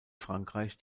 frankreich